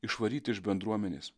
išvaryti iš bendruomenės